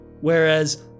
Whereas